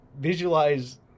visualize